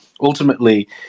ultimately